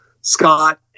Scott